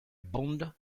bond